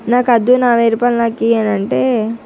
నాకు వద్దు నా వెయ్యి రూపాయలు నాకు ఇయ్యి అని అంటే